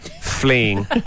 fleeing